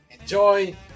enjoy